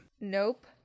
Nope